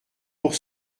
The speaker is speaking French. pour